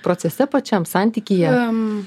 procese pačiam santykyje